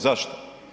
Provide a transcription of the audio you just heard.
Zašto?